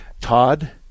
Todd